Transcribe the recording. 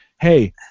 hey